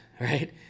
right